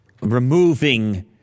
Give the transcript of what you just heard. removing